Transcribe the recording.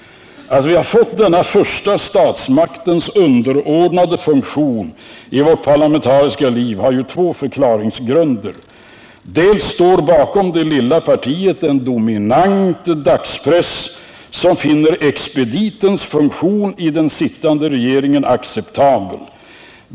Att vi har fått denna första statsmaktens underordnade funktion i vårt parlamentariska liv har två förklaringsgrunder. Dels står det bakom det lilla partiet en dominant dagspress, som finner expeditionsfunktionen.i den sittande regeringen acceptabel.